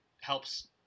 helps